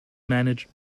managed